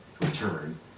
return